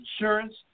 insurance